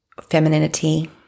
femininity